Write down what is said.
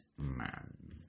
Man